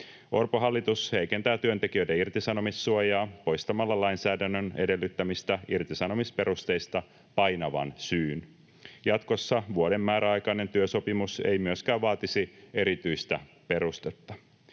Orpon hallitus heikentää työntekijöiden irtisanomissuojaa poistamalla lainsäädännön edellyttämistä irtisanomisperusteista painavan syyn. Jatkossa vuoden määräaikainen työsopimus ei myöskään vaatisi erityistä perustetta.